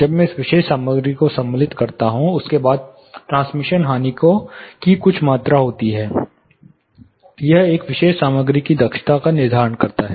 जब मैं किसी विशेष सामग्री को सम्मिलित करता हूं उसके बाद ट्रांसमिशन हानि की कुछ मात्रा होती है यह एक विशेष सामग्री की दक्षता का निर्धारण करता है